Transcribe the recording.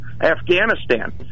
Afghanistan